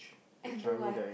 and do what